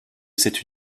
cette